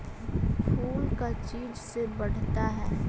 फूल का चीज से बढ़ता है?